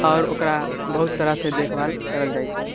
आओर ओकरा बहुत तरहसँ देखभाल करल जाइ छै